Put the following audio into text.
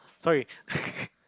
sorry